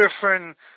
different